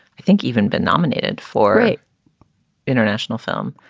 i think, even been nominated for a international film.